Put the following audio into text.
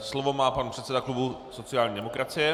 Slovo má pan předseda klubu sociální demokracie.